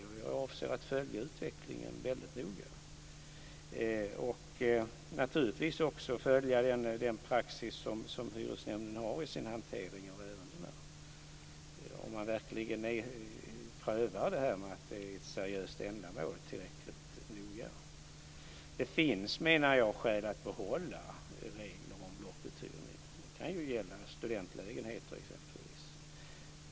Jag avser att noga följa utvecklingen och naturligtvis också att följa den praxis som hyresnämnden har i sin hantering av ärendena för att se om man verkligen prövar att det är ett seriöst ändamål tillräckligt noga. Det finns, menar jag, skäl att behålla regler om blockuthyrning. Det kan ju exempelvis gälla studentlägenheter.